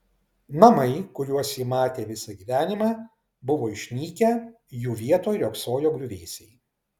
namai kuriuos ji matė visą gyvenimą buvo išnykę jų vietoj riogsojo griuvėsiai